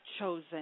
chosen